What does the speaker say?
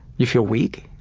you feel weak?